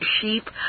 sheep